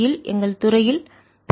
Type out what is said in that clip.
யில் எங்கள் துறையில் பி